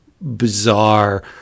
bizarre